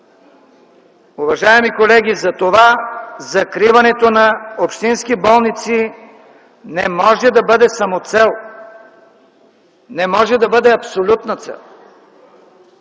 Уважаеми колеги, затова закриването на общински болници не може да бъде самоцел, не може да бъде абсолютна цел.